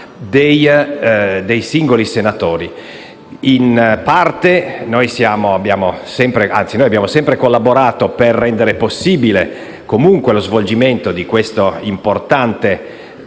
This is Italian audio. dei singoli senatori. Noi abbiamo sempre collaborato per rendere possibile lo svolgimento di questo importante